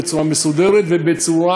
בצורה מסודרת ובצורה